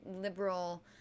liberal